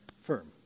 firm